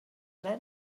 ble